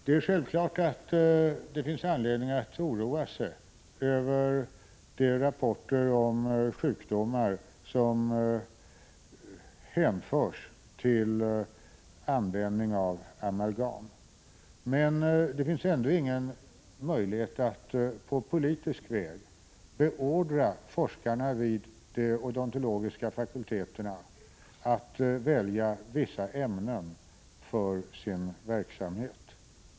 Det är självklart att det finns anledning att oroa sig över de rapporter om sjukdomar som hänförs till användning av amalgam. Men det finns ändå ingen möjlighet att på politisk väg beordra forskarna vid de odontologiska fakulteterna att välja vissa ämnen för sin verksamhet.